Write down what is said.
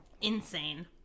Insane